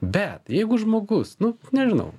bet jeigu žmogus nu nežinau